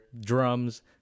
drums